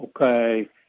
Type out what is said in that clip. okay